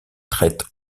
traite